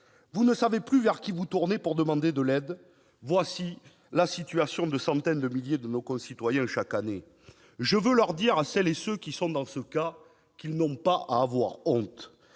Vous ne savez plus vers qui vous tourner pour demander de l'aide. Telle est la situation de centaines de milliers de nos concitoyens chaque année. Je veux dire à celles et ceux qui sont dans ce cas qu'ils n'ont pas à avoir honte.